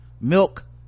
milk